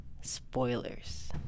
Spoilers